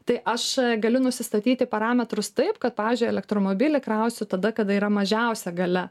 tai aš galiu nusistatyti parametrus taip kad pavyzdžiui elektromobilį krausiu tada kada yra mažiausia galia